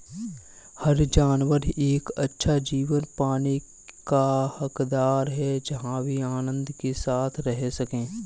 हर जानवर एक अच्छा जीवन पाने का हकदार है जहां वे आनंद के साथ रह सके